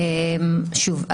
שוב,